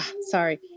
sorry